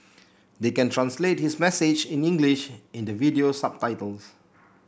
they can translate his message in English in the video subtitles